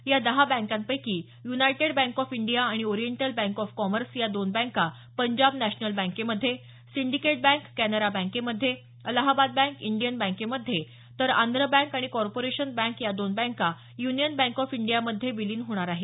या दहा बँकांपैकी युनायटेड बँक ऑफ इंडिया आणि ओरिएंटल बँक ऑफ कॉमर्स या दोन बँका पंजाब नॅशनल बँकेमध्ये सिंडिकेट बँक कॅनरा बँकेमध्ये अलाहाबाद बँक इंडियन बँकेमध्ये तर आंध्र बँक आणि कॉर्पोरेशन बँक या दोन बँका युनियन बँक ऑफ इंडियामध्ये विलीन होणार आहेत